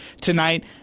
tonight